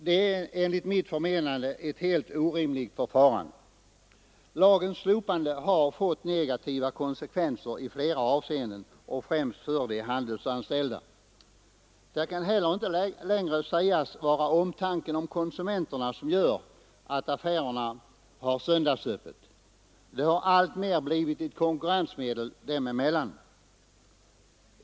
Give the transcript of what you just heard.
Detta är enligt mitt förmenande ett helt orimligt förfarande. Lagens slopande har fått negativa konsekvenser i flera avseenden, främst för de handelsanställda. Det kan heller inte längre sägas vara omtanken om konsumenterna som gör att affärerna har söndagsöppet. Det har alltmer blivit ett konkurrensmedel dem emellan.